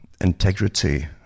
integrity